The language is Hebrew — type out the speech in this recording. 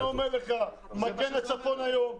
אני אומר לך שמגן הצפון היום,